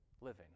living